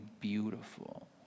beautiful